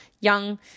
young